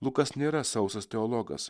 lukas nėra sausas teologas